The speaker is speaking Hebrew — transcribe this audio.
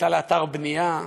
בכניסה לאתר בנייה,